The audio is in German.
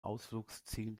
ausflugsziel